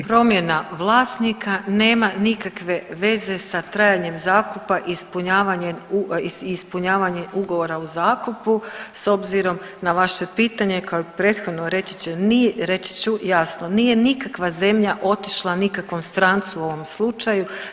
Promjena vlasnika nema nikakve veze sa trajanjem zakupa i ispunjavanje ugovora o zakupu s obzirom na vaše pitanje kao i prethodno reći ću jasno nije nikakva zemlja otišla nikakvom strancu u ovom slučaju.